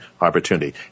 opportunity